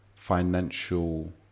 Financial